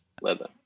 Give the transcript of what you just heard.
leather